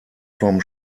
vom